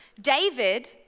David